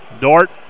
Dort